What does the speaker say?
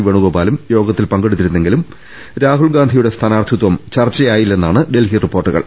വേണുഗോപാലും യോഗത്തിൽ പങ്കെടുത്തിരുന്നെങ്കിലും രാഹുൽ ഗാന്ധിയുടെ സ്ഥാനാർത്ഥിത്വം ചർച്ചയായില്ലെന്നാണ് ഡൽഹി റിപ്പോർട്ടുകൾ